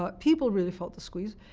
but people really felt the squeeze.